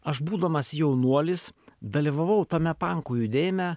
aš būdamas jaunuolis dalyvavau tame pankų judėjime